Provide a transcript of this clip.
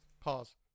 pause